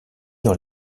dans